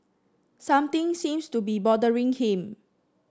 something seems to be bothering him